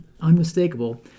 unmistakable